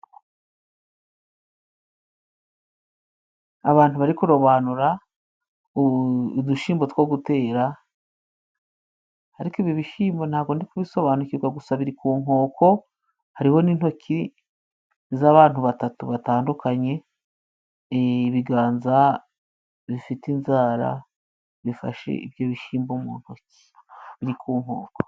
Abantu bari kurobanura udushimbo two gutera. Ariko ibi bishimbo ntabwo ndi kubisobanukirwa, gusa biri ku nkoko hariho n'intoki z'abantu batatu batandukanye, ibiganza bifite inzara bifashe ibyo bishimbo mu ntoki biri ku nkoko.